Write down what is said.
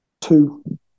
two